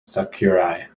sakurai